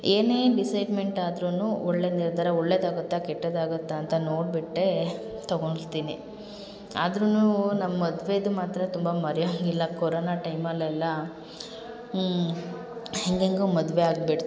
ಏನೇ ಡಿಸೈಡ್ಮೆಂಟ್ ಆದ್ರೂ ಒಳ್ಳೆಯ ನಿರ್ಧಾರ ಒಳ್ಳೆದಾಗುತ್ತಾ ಕೆಟ್ಟದಾಗುತ್ತಾ ಅಂತ ನೋಡಿಬಿಟ್ಟೇ ತಗೊಳ್ತೀನಿ ಆದ್ರೂ ನಮ್ಮ ಮದುವೆದು ಮಾತ್ರ ತುಂಬ ಮರೆಯಂಗೆ ಇಲ್ಲ ಕೊರೋನ ಟೈಮಲೆಲ್ಲ ಹೇಗೇಗೋ ಮದುವೆ ಆಬಿಬಿಡ್ತು